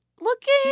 looking